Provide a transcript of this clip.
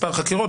מספר החקירות,